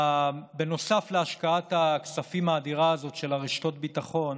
בנוסף להשקעת הכספים האדירה הזאת של רשתות הביטחון